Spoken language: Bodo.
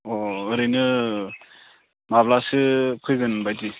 अ ओरैनो माब्लासो फैगोन बायदि